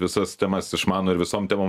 visas temas išmano ir visom temom